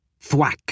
Thwack